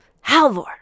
Halvor